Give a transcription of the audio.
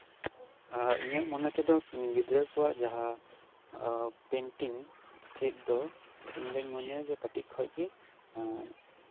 ᱤᱧᱟᱹᱜ ᱢᱚᱱᱮ ᱛᱮᱫᱚ ᱜᱤᱫᱽᱨᱟᱹ ᱠᱚᱣᱟᱜ ᱡᱟᱦᱟᱸ ᱯᱮᱱᱴᱤᱝ ᱪᱮᱫ ᱫᱚ ᱤᱧ ᱫᱚᱧ ᱢᱚᱱᱮᱭᱟ ᱠᱟᱹᱴᱤᱡ ᱠᱷᱚᱱ ᱜᱮ ᱮᱫ